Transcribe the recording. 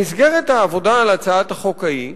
במסגרת העבודה על הצעת החוק ההיא,